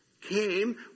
came